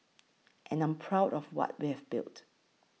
and I'm proud of what we have built